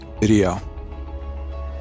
video